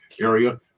area